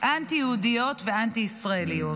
אנטי-יהודיות ואנטי-ישראליות.